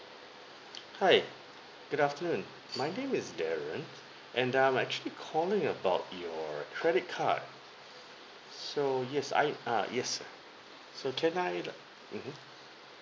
hi good afternoon my name is darren and I'm actually calling about your credit card so yes I err yes so can I mmhmm